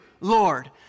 Lord